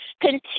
Continue